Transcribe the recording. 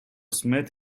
smith